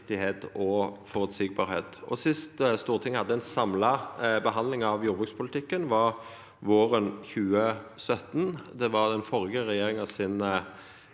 Stortinget hadde ei samla behandling av jordbrukspolitikken, var våren 2017. Det var stortingsmeldinga til